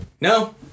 No